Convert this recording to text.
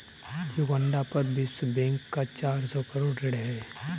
Uganda पर विश्व bank का चार सौ करोड़ ऋण है